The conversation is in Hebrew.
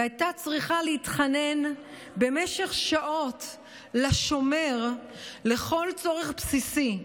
והייתה צריכה להתחנן במשך שעות לשומר לכל צורך בסיסי: